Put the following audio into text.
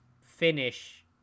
finish